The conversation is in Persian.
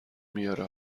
میاره